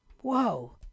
Whoa